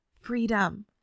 freedom